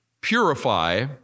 purify